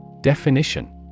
Definition